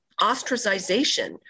ostracization